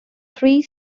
three